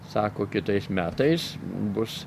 sako kitais metais bus